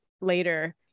later